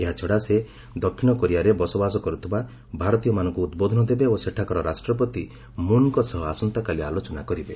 ଏହାଛଡ଼ା ସେ ଦକ୍ଷିଣ କୋରିଆରେ ବସବାସ କରୁଥିବା ଭାରତୀୟମାନଙ୍କୁ ଉଦ୍ବୋଧନ ଦେବେ ଓ ସେଠାକାର ରାଷ୍ଟ୍ରପତି ମୁନ୍ଙ୍କ ସହ ଆସନ୍ତାକାଲି ଆଲୋଚନା କରିବେ